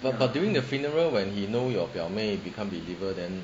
but but during the funeral when he know your 表妹 become believer then